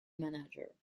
manager